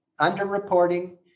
Underreporting